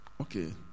Okay